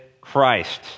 Christ